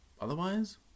Otherwise